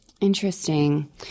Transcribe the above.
Interesting